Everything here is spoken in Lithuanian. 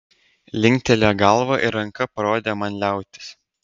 linktelėjo galva ir ranka parodė man liautis